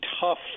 tough